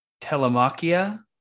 telemachia